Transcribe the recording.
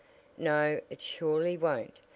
no, it surely won't.